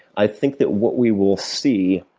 i think that what we will see,